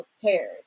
prepared